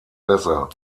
besser